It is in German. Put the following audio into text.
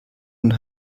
und